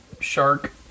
shark